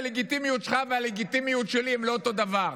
הלגיטימיות שלך והלגיטימיות שלי הן לא אותו דבר.